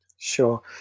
Sure